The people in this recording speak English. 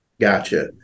Gotcha